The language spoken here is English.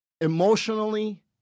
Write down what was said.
emotionally